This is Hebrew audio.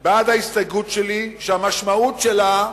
בעד ההסתייגות שלי, שהמשמעות שלה,